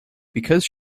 because